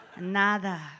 Nada